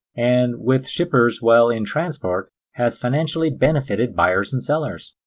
and with shippers while in transport, has financially benefited buyers and sellers.